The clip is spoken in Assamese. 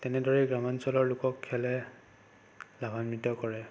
তেনেদৰে গ্ৰামাঞ্চলৰ লোকক খেলে লাভাম্বিত কৰে